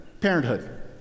parenthood